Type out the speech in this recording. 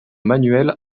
manuel